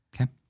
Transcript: Okay